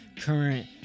current